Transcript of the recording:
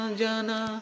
jana